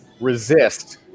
Resist